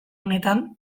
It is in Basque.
honetan